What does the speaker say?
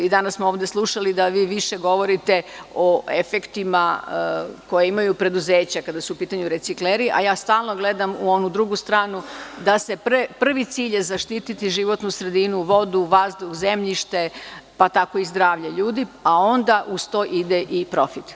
Danas smo ovde slušali da vi više govorite o efektima koje imaju preduzeća kada su u pitanju recikleri, a ja stalni gledam u onu drugu stranu, da je prvi cilj zaštiti životnu sredinu vodu, vazduh, zemljište, pa tako i zdravlje ljudi, pa onda uz to ide i profit.